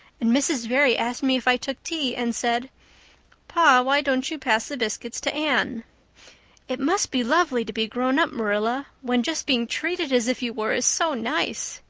and mrs. barry asked me if i took tea and said pa, why don't you pass the biscuits to anne it must be lovely to be grown up, marilla, when just being treated as if you were is so nice.